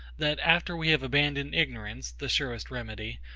that, after we have abandoned ignorance, the surest remedy,